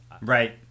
Right